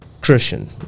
christian